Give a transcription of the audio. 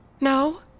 No